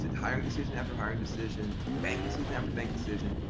hiring decision after hiring decision, bank decision after bank decision,